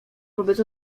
wobec